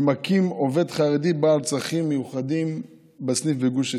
ומכים עובד חרדי בעל צרכים מיוחדים בסניף בגוש עציון.